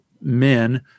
men